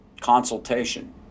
consultation